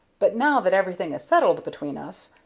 but, now that everything is settled between us,